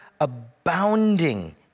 abounding